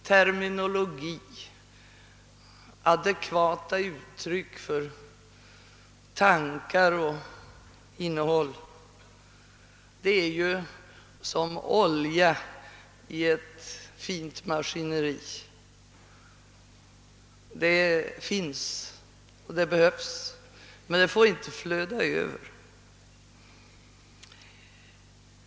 Terminologi, adekvata uttryck för tankar och innehåll är ju som olja i ett fint maskineri. Det finns och det behövs, men det får inte flöda över.